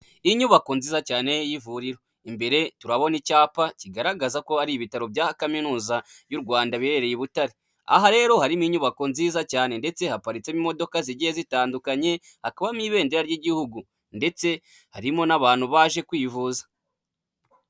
Inyubako nziza cyane y'ivuriro. Imbere turabona icyapa kigaragaza ko ari ibitaro bya kaminuza y'u Rwanda biherereye i Butare. Aha rero harimo inyubako nziza cyane ndetse haparitsemo imodoka zigiye zitandukanye, hakabamo ibendera ry'igihugu ndetse harimo n'abantu baje kwivuza.